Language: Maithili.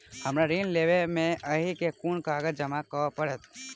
हमरा ऋण लेबै केँ अई केँ कुन कागज जमा करे पड़तै?